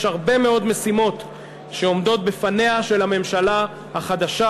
יש הרבה מאוד משימות שעומדות בפניה של הממשלה החדשה,